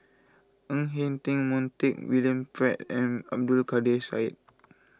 Ng Eng Teng Montague William Pett and Abdul Kadir Syed